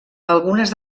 algunes